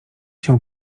się